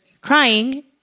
crying